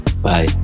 Bye